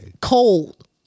Cold